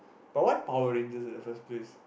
but why Power-Rangers at the first place